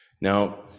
Now